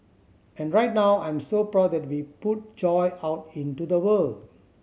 and right now I'm so proud that we put joy out into the world